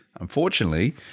Unfortunately